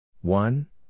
one